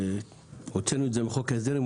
כאשר הוצאנו את זה מחוק ההסדרים,